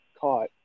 caught